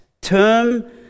term